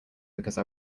because